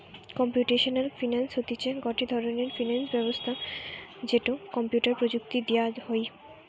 computational finance হতিছে গটে ধরণের ফিনান্স ব্যবস্থা যেটো কম্পিউটার প্রযুক্তি দিয়া হই